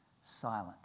silent